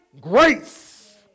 grace